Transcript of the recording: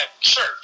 church